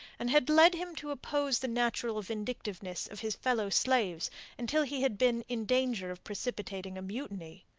and had led him to oppose the natural vindictiveness of his fellow-slaves until he had been in danger of precipitating a mutiny.